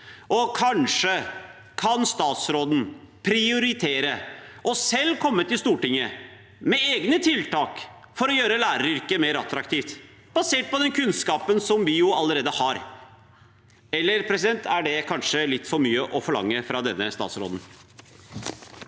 Kanskje kan statsråden prioritere selv å komme til Stortinget med egne tiltak for å gjøre læreryrket mer attraktivt, basert på den kunnskapen vi allerede har. Eller er det kanskje litt for mye å forlange fra denne statsråden?